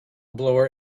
blower